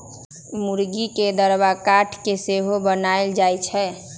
मूर्गी के दरबा काठ से सेहो बनाएल जाए छै